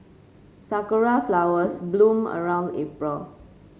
sakura flowers bloom around April